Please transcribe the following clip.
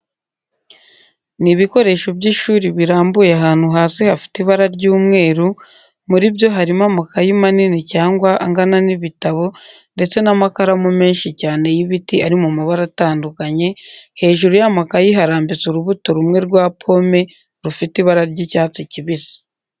Ni ibikoresho by'ishuri birambuye ahantu hasi hafite ibara ry'umweru, muri byo harimo amakayi manini cyane angana n'ibitabo ndetse n'amakaramu menshi cyane y'ibiti ari mu mabara atandukanye, hejuru y'amakayi harambitse urubuto rumwe rwa pome rufite ibara ry'icyatsi kibisi.